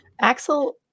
Axel